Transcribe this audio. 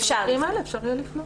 במקרים האלה אפשר יהיה לפנות.